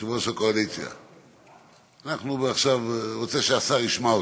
יושב-ראש הקואליציה, אני רוצה שהשר ישמע אותנו.